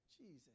Jesus